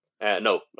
no